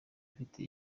ufite